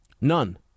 None